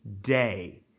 day